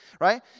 right